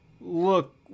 look